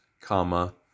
comma